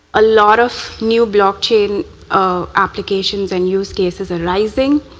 a lot of new blockchain applications and use cases are rising.